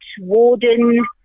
warden